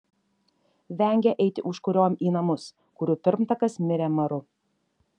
vengė eiti užkuriom į namus kurių pirmtakas mirė maru